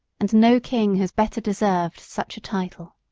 and no king has better deserved such a title.